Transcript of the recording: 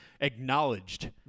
acknowledged